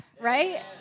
right